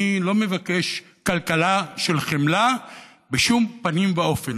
אני לא מבקש כלכלה של חמלה בשום פנים ואופן,